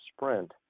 sprint